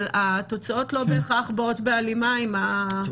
אבל התוצאות לא בהכרח באות בהלימה עם המגבלות.